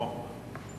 או?